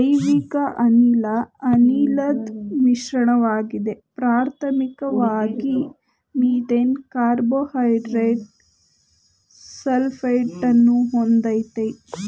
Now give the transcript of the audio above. ಜೈವಿಕಅನಿಲ ಅನಿಲದ್ ಮಿಶ್ರಣವಾಗಿದೆ ಪ್ರಾಥಮಿಕ್ವಾಗಿ ಮೀಥೇನ್ ಕಾರ್ಬನ್ಡೈಯಾಕ್ಸೈಡ ಸಲ್ಫೈಡನ್ನು ಹೊಂದಯ್ತೆ